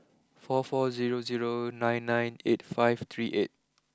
four four zero zero nine nine eight five three eight